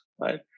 right